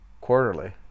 quarterly